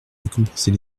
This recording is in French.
récompenser